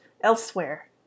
elsewhere